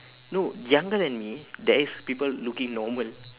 no younger than me there is people looking normal